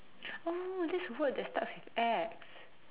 oh that's the word that starts with X